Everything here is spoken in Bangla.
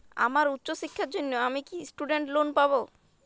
আমার উচ্চ শিক্ষার জন্য আমি কি স্টুডেন্ট লোন পাবো